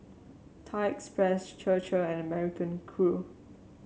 Thai Express Chir Chir and American Crew